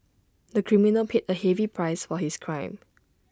the criminal paid A heavy price for his crime